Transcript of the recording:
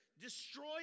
Destroy